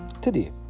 Today